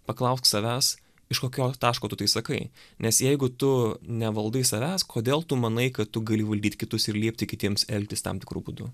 paklausk savęs iš kokio taško tu tai sakai nes jeigu tu nevaldai savęs kodėl tu manai kad tu gali valdyt kitus ir liepti kitiems elgtis tam tikru būdu